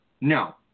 No